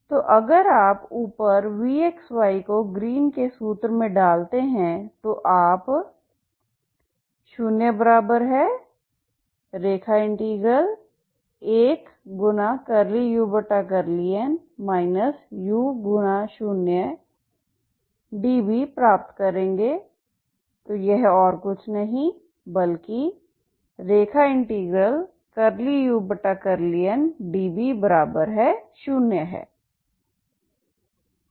तो अगर आप ऊपर vxy को ग्रीन के सूत्रgreen's formula में डालते हैं तो आप 0 1∂u∂n u0db प्राप्त करेंगे तो यह और कुछ नहीं बल्कि ∂u∂ndb 0 है